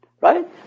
right